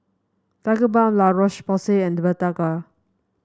Tigerbalm La Roche Porsay and Blephagel